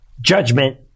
judgment